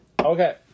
Okay